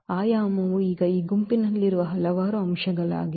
ಆಯಾಮವು ಈಗ ಈ ಗುಂಪಿನಲ್ಲಿರುವ ಹಲವಾರು ಅಂಶಗಳಾಗಿವೆ